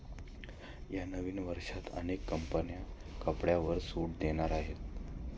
यावेळी नवीन वर्षात अनेक कंपन्या कपड्यांवर सूट देणार आहेत